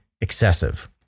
excessive